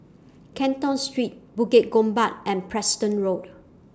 Canton Street Bukit Gombak and Preston Road